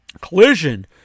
collision